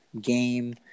game